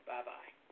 Bye-bye